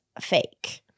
fake